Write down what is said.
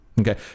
Okay